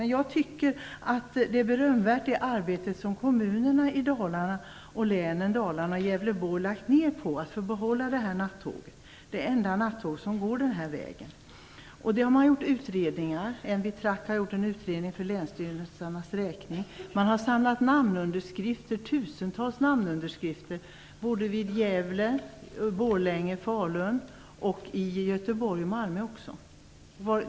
Men jag tycker att det är ett berömvärt arbete som man har lagt ned i länen och i kommunerna i Dalarna på att få behålla detta nattåg, det enda nattåg som går den här vägen. NB Truck har gjort en utredning för länsstyrelsernas räkning. Man har samlat tusentals namnunderskrifter i Malmö.